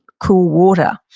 cool water.